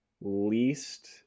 least